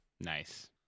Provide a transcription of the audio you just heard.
Nice